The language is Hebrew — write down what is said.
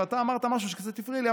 אתה אמרת משהו שקצת הפריע לי,